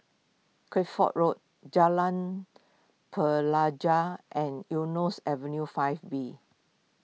Kueh ford Road Jalan Pelajau and Eunos Avenue five B